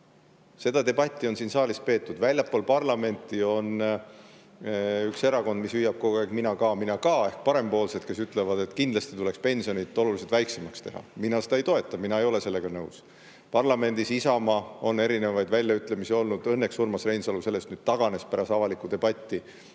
Seda debatti on siin saalis peetud. Väljaspool parlamenti on üks erakond, mis hüüab kogu aeg: "Mina ka! Mina ka!", ehk Parempoolsed, kes ütlevad, et kindlasti tuleks pensionid oluliselt väiksemaks teha. Mina seda ei toeta, mina ei ole sellega nõus. Parlamendis Isamaal on erinevaid väljaütlemisi olnud – õnneks Urmas Reinsalu sellest taganes pärast avaliku debatti